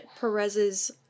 Perez's